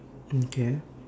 okay